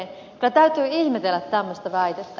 kyllä täytyy ihmetellä tämmöistä väitettä